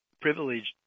privileged